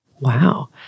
Wow